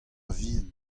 vihan